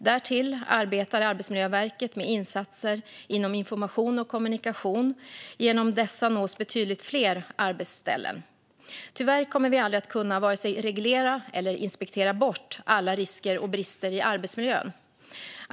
Därtill arbetar Arbetsmiljöverket med insatser inom information och kommunikation, och genom dessa nås betydligt fler arbetsställen. Tyvärr kommer vi aldrig att kunna vare sig reglera eller inspektera bort alla risker och brister i arbetsmiljön.